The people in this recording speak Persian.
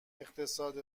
اقتصاد